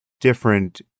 different